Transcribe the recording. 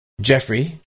Jeffrey